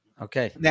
Okay